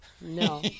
No